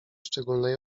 szczególnej